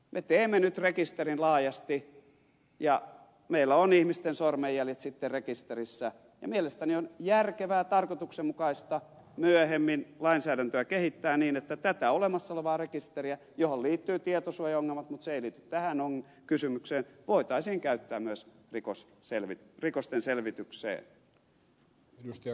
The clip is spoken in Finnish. me teemme nyt rekisterin laajasti ja meillä on ihmisten sormenjäljet sitten rekisterissä ja mielestäni on järkevää tarkoituksenmukaista myöhemmin lainsäädäntöä kehittää niin että tätä olemassa olevaa rekisteriä johon liittyy tietosuojaongelmia mutta se ei liity tähän kysymykseen voitaisiin käyttää myös rikosten selvitykseen